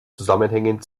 zusammenhängen